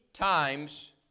times